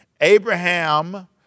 Abraham